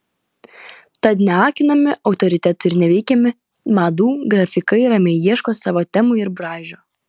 tad neakinami autoritetų ir neveikiami madų grafikai ramiai ieško savo temų ir braižo